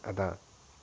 !hanna!